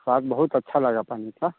स्वाद बहुत अच्छा लगा पानी का